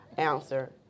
Answer